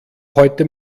heute